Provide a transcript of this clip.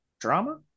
drama